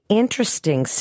interesting